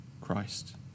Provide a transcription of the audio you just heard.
Christ